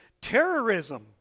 terrorism